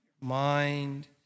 mind